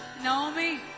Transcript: Naomi